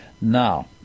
Now